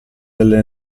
delle